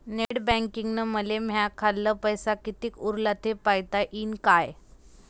Net बँकिंगनं मले माह्या खाल्ल पैसा कितीक उरला थे पायता यीन काय?